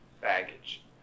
baggage